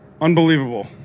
unbelievable